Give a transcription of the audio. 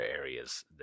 areas